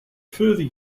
further